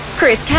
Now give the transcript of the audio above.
Chris